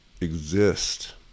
exist